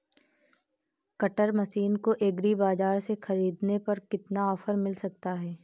Cutter machine को एग्री बाजार से ख़रीदने पर कितना ऑफर मिल सकता है?